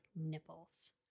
nipples